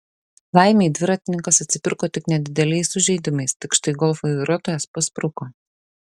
laimei dviratininkas atsipirko tik nedideliais sužeidimais tik štai golf vairuotojas paspruko